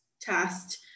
test